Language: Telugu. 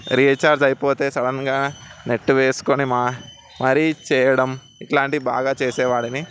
రీఛార్జ్ అయిపోతే సడన్గా నెట్ వేసుకొని మా మరీ చేయడం ఇలాంటివి బాగా చేసేవాడిని